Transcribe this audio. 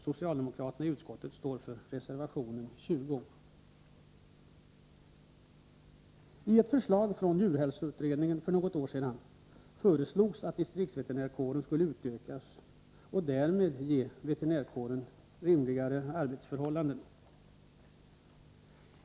Socialdemokra I ett förslag från djurhälsoutredningen för något år sedan framfördes att distriktsveterinärkåren borde utökas och därmed ges rimligare arbetsförhållanden.